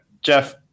Jeff